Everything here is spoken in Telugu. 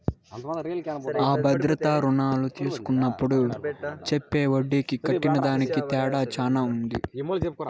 అ భద్రతా రుణాలు తీస్కున్నప్పుడు చెప్పే ఒడ్డీకి కట్టేదానికి తేడా శాన ఉంటది